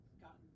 gotten